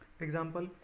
Example